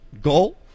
Goal